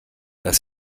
dass